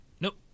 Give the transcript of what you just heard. Nope